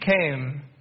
came